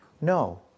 No